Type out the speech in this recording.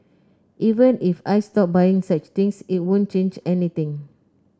even if I stop buying such things it won't change anything